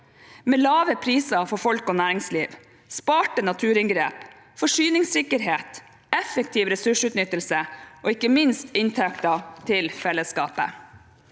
med lave priser for folk og næringsliv, sparte naturinngrep, forsyningssikkerhet, effektiv ressursutnyttelse og ikke minst inntekter til fellesskapet.